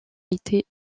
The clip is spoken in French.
été